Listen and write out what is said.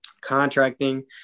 contracting